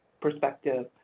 perspective